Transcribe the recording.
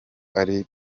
ari